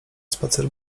spacer